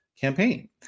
campaign